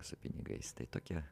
su pinigais tai tokia